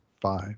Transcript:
five